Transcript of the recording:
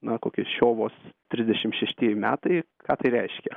na kokie šiovos trisdešim šeštieji metai ką tai reiškia